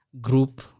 group